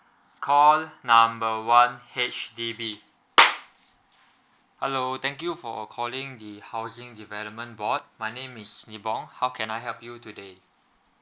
call number one H_D_B hello thank you for calling the housing development board my name is nee bong how can I help you today